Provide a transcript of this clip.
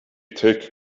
tech